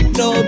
no